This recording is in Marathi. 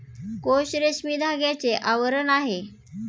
कोश रेशमी धाग्याचे आवरण आहे